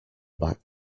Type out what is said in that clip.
back